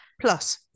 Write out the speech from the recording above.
Plus